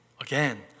again